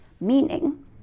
Meaning